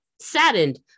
saddened